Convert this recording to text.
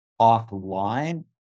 offline